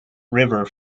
river